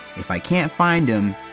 if i can't find him,